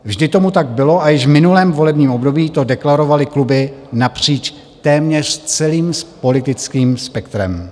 Vždy tomu tak bylo a již v minulém volebním období to deklarovaly kluby napříč téměř celým politickým spektrem.